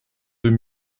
deux